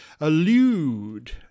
allude